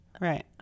Right